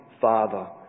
Father